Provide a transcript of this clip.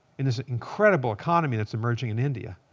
in this incredible economy that's emerging in india,